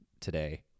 today